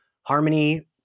Harmony